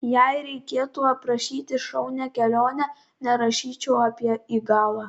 jei reikėtų aprašyti šaunią kelionę nerašyčiau apie igalą